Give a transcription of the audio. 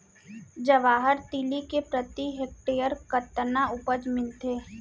जवाहर तिलि के प्रति हेक्टेयर कतना उपज मिलथे?